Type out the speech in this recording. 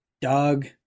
Doug